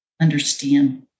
understand